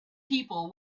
people